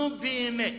נו, באמת.